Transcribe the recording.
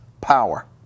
power